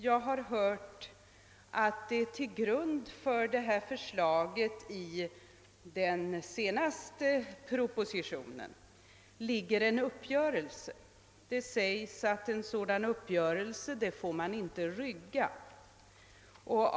Jag har hört att till grund för förslaget i den senaste propositionen ligger en uppgörelse, och det sägs att en sådan uppgörelse inte får ryggas.